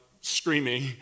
screaming